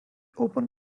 open